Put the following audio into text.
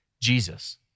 Jesus